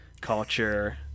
culture